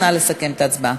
נא לסכם את ההצבעה.